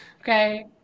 Okay